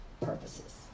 purposes